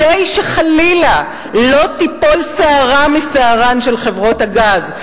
כל זה כדי שחלילה לא תיפול שערה משערות ראשם של בעלי חברות הגז,